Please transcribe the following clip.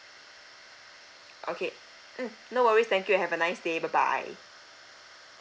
okay mm no worries thank you have a nice day bye bye